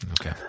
Okay